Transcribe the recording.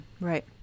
Right